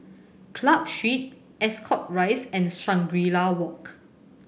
Club Street Ascot Rise and Shangri La Walk